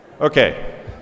Okay